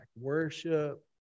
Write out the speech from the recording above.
worship